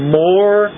more